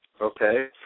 Okay